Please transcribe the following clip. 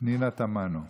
פנינה תמנו.